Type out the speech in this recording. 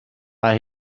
mae